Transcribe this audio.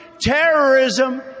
terrorism